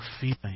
feeling